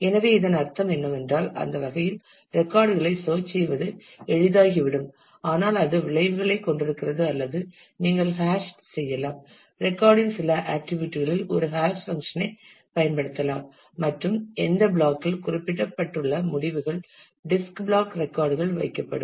எனவே இதன் அர்த்தம் என்னவென்றால் அந்த வகையில் ரெக்கார்ட் களைத் சேர்ச் செய்வது எளிதாகிவிடும் ஆனால் அது விளைவுகளைக் கொண்டிருக்கிறது அல்லது நீங்கள் ஹாஷ் செய்யலாம் ரெக்கார்ட் இன் சில ஆட்டிரிபியூட் களில் ஒரு ஹாஷ் பங்க்ஷன் ஐ பயன்படுத்தலாம் மற்றும் எந்தத் பிளாக் இல் குறிப்பிடப்பட்டுள்ள முடிவுகள் டிஸ்க் பிளாக் ரெக்கார்ட் கள் வைக்கப்படும்